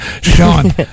Sean